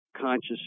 conscious